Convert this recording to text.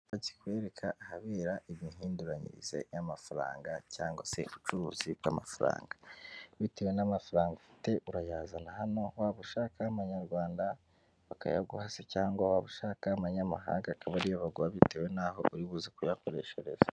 Icyapa kikwereka ahabera imihinduranyirize y'amafaranga cyangwa se ubucuruzi bw'amafaranga bitewe n'amafaranga ufite urayazana hano, waba ushaka abanyarwanda bakayaguha se cyangwa waba ushaka abanyamahanga bakayaguha bakayaguha bitewe n'aho uri bu kuyakoreshereza.